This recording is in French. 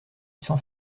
sans